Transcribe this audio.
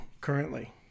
currently